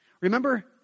Remember